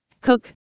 Cook